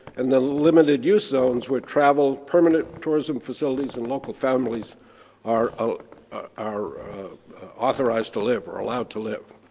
and the limited use zones, where travel, permanent tourism facilities and local families are ah are authorized to live or allowed to live.